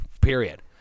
period